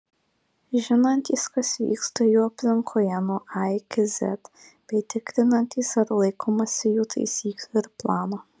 žinantys kas vyksta jų aplinkoje nuo a iki z bei tikrinantys ar laikomasi jų taisyklų ir plano